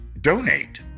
donate